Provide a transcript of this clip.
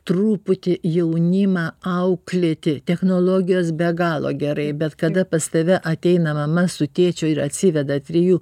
truputį jaunimą auklėti technologijos be galo gerai bet kada pas tave ateina mama su tėčiu ir atsiveda trijų